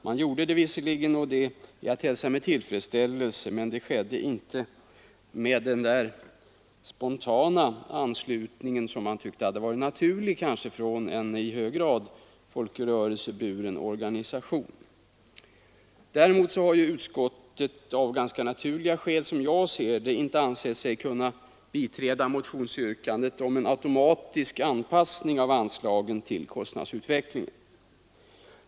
Man gjorde det visserligen, och det hälsar jag med tillfredsställelse, men det skedde inte med den där spontana anslutningen som man tycker hade varit naturlig från en i hög grad folkrörelseburen organisation. Däremot har utskottet av ganska naturliga skäl inte ansett sig kunna biträda motionsyrkandet om en automatisk anpassning av anslagen till kostnadsutvecklingen.